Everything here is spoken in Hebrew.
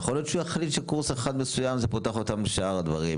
ויכול להיות שהוא יחליט שקורס מסוים פותח אותם לשאר הדברים,